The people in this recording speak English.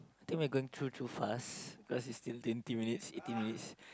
think we are going thru too fast cause it's still twenty minutes eighteen minutes